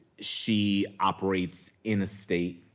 she operates in a state